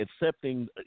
accepting